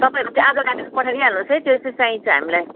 तपाईँहरूको त्यो आधारकार्डहरू पठाइदिई हाल्नुहोस् है त्यो चाहिँ चाहिन्छ हामीलाई